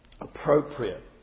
appropriate